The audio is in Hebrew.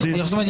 זאת אומרת,